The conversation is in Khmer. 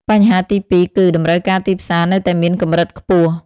បញ្ហាទីពីរគឺ តម្រូវការទីផ្សារនៅតែមានកម្រិតខ្ពស់។